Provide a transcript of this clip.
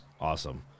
awesome